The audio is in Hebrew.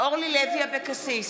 אורלי לוי אבקסיס,